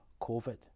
COVID